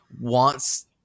wants